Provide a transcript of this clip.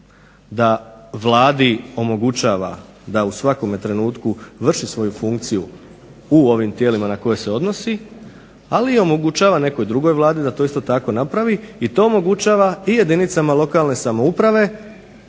da Vladi omogućava da u svakome trenutku vrši svoju funkciju u ovim tijelima na koje se odnosi, ali omogućava nekoj drugoj vladi da isto tako napravi i to omogućava i jedinicama lokalne samouprave,